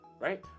right